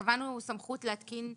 קבענו סמכות להתקין תקנות,